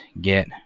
get